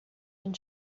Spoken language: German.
den